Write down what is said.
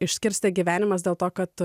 išskirstė gyvenimas dėl to kad